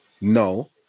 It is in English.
no